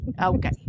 okay